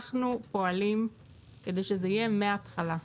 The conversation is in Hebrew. אנחנו פועלים כדי שזה יהיה מהתחלה.